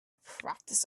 practice